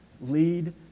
lead